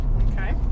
okay